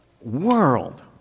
world